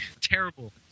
terrible